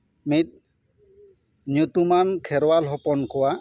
ᱢᱤᱫ ᱧᱩᱛᱩᱢᱟᱱ ᱠᱷᱮᱨᱣᱟᱞ ᱦᱚᱯᱚᱱ ᱠᱚᱣᱟᱜ